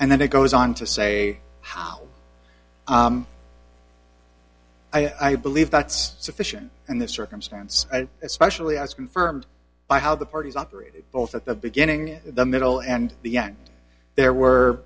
and then it goes on to say how i believe that's sufficient and this circumstance especially as confirmed by how the parties operated both at the beginning in the middle and the end there were